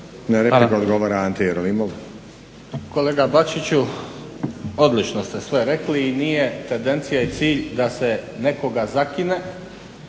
**Jerolimov, Ante (HDZ)** Kolega Bačiću, odlično ste sve rekli, nije tendencija i cilj da se nekoga zakine